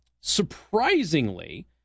Surprisingly